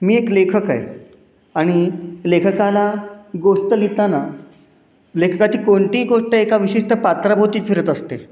मी एक लेखक आहे आणि लेखकाला गोष्ट लिहिताना लेखकाची कोणतीही गोष्ट एका विशिष्ट पात्रभोवती फिरत असते